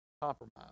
compromise